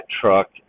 truck